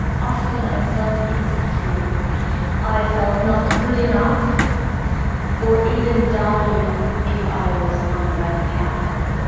often i felt insecure i felt not good enough or even doubting if i was on the right path.